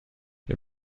wir